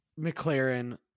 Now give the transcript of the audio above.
McLaren